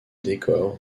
décor